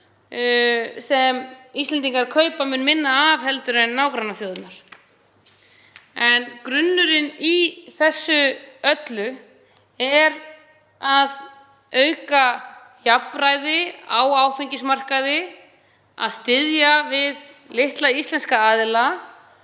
sem Íslendingar kaupa mun minna af en nágrannaþjóðirnar. En grunnurinn í þessu öllu er að auka jafnræði á áfengismarkaði, að styðja við litla íslenska aðila.